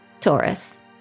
Taurus